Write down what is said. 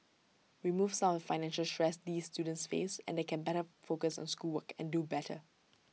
remove some of financial stress these students face and they can better focus on schoolwork and do better